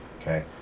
okay